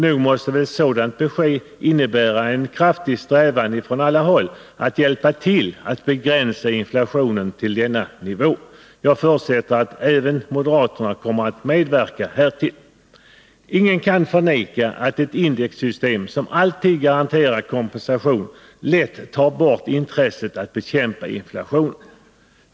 Nog måste väl ett sådant besked innebära en kraftig strävan från alla håll att hjälpa till att begränsa inflationen till denna nivå. Jag förutsätter att även moderaterna kommer att medverka härtill. Ingen kan förneka att ett indexsystem som alltid garanterar kompensation lätt tar bort intresset för att bekämpa inflationen.